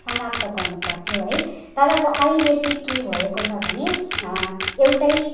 समाप्त गर्नु पर्थ्यो है तर अब अहिले चाहिँ के भएको छ भने एउटै